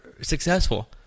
successful